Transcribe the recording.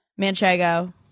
Manchego